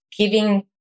giving